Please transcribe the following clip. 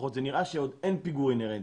נראה שאין פיגור אינהרנטי.